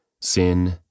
sin